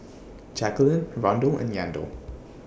Jacalyn Rondal and Yandel